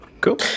cool